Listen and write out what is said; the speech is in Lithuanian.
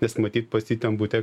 nes matyt pas jį ten bute